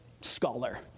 scholar